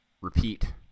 repeat